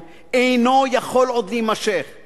אינו יכול להימשך עוד.